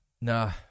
Nah